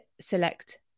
select